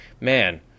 man